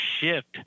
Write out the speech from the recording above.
shift